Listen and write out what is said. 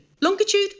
Longitude